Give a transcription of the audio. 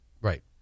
right